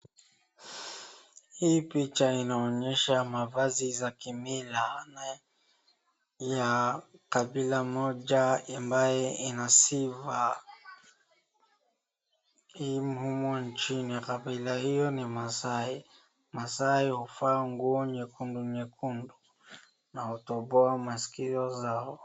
Hii picha inaonyesha mavazi za kimila ya kabila moja ambaye ina sifa imo nchini. Kabila hiyo ni Masai. Masai huvaa nguo nyekundu nyekundu na hutoboa masikio zao.